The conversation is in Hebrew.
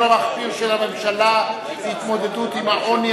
המחפיר של הממשלה בהתמודדות עם העוני